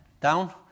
Down